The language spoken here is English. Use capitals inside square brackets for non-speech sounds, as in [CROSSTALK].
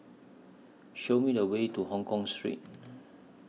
Show Me The Way to Hongkong Street [NOISE]